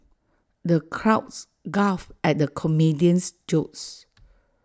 the crowds guffawed at the comedian's jokes